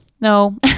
no